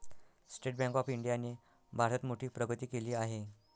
state bank of इंडियाने भारतात मोठी प्रगती केली आहे